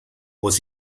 was